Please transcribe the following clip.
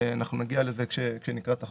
נגיע לזה עת נקרא את החוק.